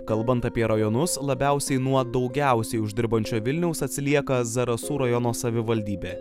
kalbant apie rajonus labiausiai nuo daugiausiai uždirbančio vilniaus atsilieka zarasų rajono savivaldybė